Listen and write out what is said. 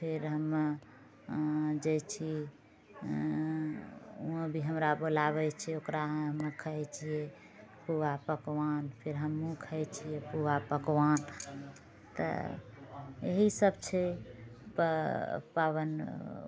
फेर हमे जाइ छी ओहो भी हमरा बुलावै छै ओकरामे खाइ छियै पूआ पकवान फेर हमहूँ खाइ छियै पूआ पकवान तऽ यहीसभ छै पऽ पाबनि